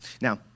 Now